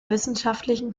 wissenschaftlichen